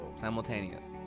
Simultaneous